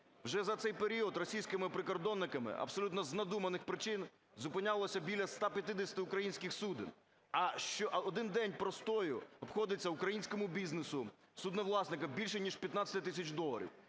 Вже за цей період російськими прикордонниками абсолютно з надуманих причин зупинялося біля 150 українських суден, а один день простою обходиться українському бізнесу, судновласникам більше ніж у 15 тисяч доларів.